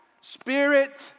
Spirit